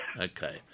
Okay